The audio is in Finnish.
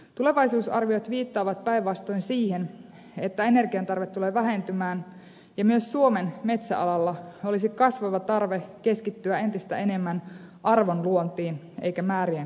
tulevaisuusarviot viittaavat päinvastoin siihen että energiantarve tulee vähentymään ja myös suomen metsäalalla olisi kasvava tarve keskittyä entistä enemmän arvon luontiin eikä määrien kasvattamiseen